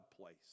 place